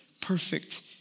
perfect